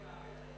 אלו מהכנסת.